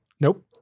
nope